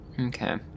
Okay